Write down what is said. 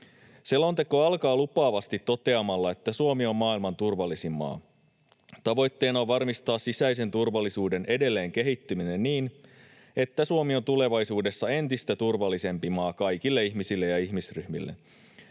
Selonteko alkaa lupaavasti toteamalla, että Suomi on maailman turvallisin maa. Tavoitteena on varmistaa sisäisen turvallisuuden edelleen kehittyminen niin, että Suomi on tulevaisuudessa entistä turvallisempi maa kaikille ihmisille ja ihmisryhmille.